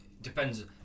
depends